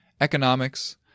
economics